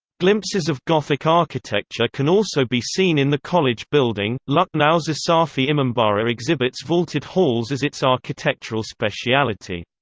glimpses of gothic architecture can also be seen in the college building lucknow's asafi imambara exhibits vaulted halls as its architectural speciality.